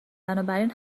بنابراین